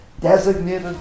designated